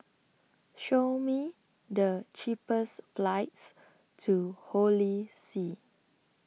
Show Me The cheapest flights to Holy See